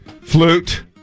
Flute